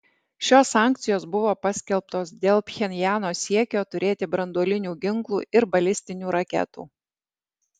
šios sankcijos buvo paskelbtos dėl pchenjano siekio turėti branduolinių ginklų ir balistinių raketų